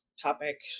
topic